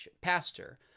pastor